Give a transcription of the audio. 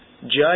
judge